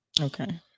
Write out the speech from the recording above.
Okay